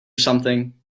something